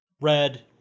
Red